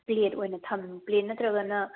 plate ꯑꯣꯏꯅ plate ꯅꯠꯇ꯭ꯔꯒꯅ